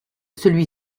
celui